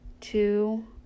two